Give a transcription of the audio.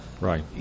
Right